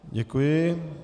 Děkuji.